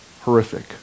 horrific